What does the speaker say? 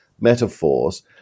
metaphors